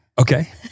Okay